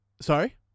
Sorry